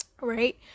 right